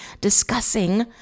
discussing